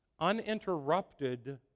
uninterrupted